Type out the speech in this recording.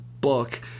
book